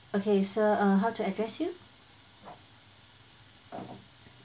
okay so uh how to address you